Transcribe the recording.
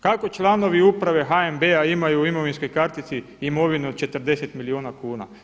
Kako članovi uprave HNB-a imaju u imovinskoj kartici imovinu 40 milijuna kuna.